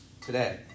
today